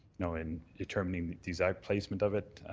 know, in determining the exact placement of it,